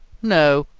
no,